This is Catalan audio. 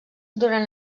durant